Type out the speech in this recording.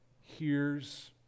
hears